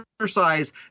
exercise